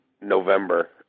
November